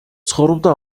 ცხოვრობდა